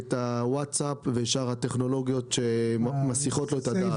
את הוואטס אפ ושאר הטכנולוגיות שמסיחות את הדעת.